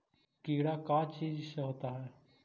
कीड़ा का चीज से होता है?